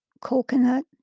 coconut